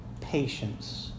Patience